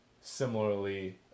similarly